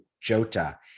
Jota